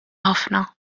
ħafna